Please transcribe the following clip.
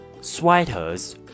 sweaters